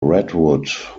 redwood